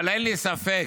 אבל אין לי ספק